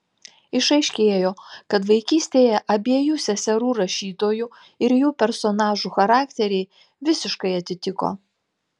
išaiškėjo kad vaikystėje abiejų seserų rašytojų ir jų personažų charakteriai visiškai atitiko